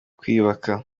kwiyubaka